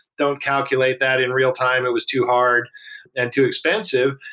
don't calculate that in real-time. it was too hard and too expensive.